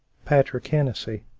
patrick hennessey.